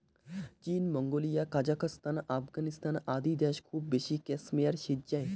চীন, Mongolia, Kazakhstan, Afghanistan আদি দ্যাশ খুব বেশি ক্যাশমেয়ার সিজ্জায়